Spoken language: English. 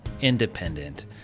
independent